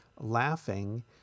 laughing